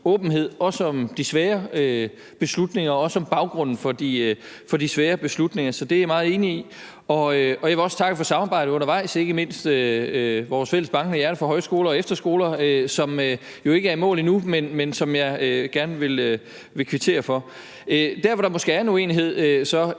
åbenhed, også om de svære beslutninger og også om baggrunden for de svære beslutninger. Det er jeg meget enig i. Og jeg vil også takke for samarbejdet undervejs, ikke mindst i forhold til vores fælles bankende hjerter for højskoler og efterskoler, hvor vi jo ikke er i mål endnu, men hvor jeg gerne vil kvittere for samarbejdet. Der, hvor der måske så er en uenighed,